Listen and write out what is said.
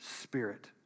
spirit